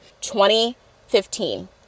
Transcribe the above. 2015